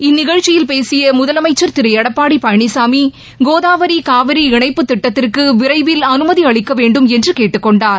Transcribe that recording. இந்நிகழ்ச்சியில் பேசிய முதலமைச்சர் திரு எடப்பாடி பழனிசாமி கோதாவரி காவிரி இணைப்பு திட்டத்திற்கு விரைவில் அனுமதி அளிக்க வேண்டும் என்று கேட்டுக்கொண்டார்